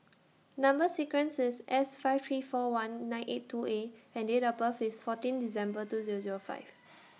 Number sequence IS S five three four one nine eight two A and Date of birth IS fourteen December two Zero Zero five